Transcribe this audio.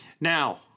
Now